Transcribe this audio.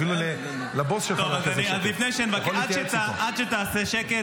אפילו לבוס שלך לא היה כזה שקט,